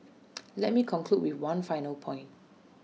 let me conclude with one final point